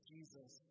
Jesus